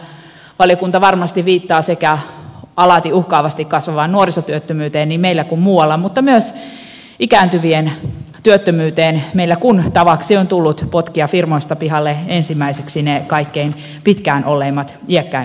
tällä valiokunta varmasti viittaa sekä alati uhkaavasti kasvavaan nuorisotyöttömyyteen niin meillä kuin muualla että myös ikääntyvien työttömyyteen meillä kun tavaksi on tullut potkia firmoista ensimmäiseksi pihalle ne kaikkein pisimpään olleet iäkkäimmät työntekijät